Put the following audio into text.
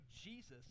Jesus